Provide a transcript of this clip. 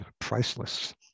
priceless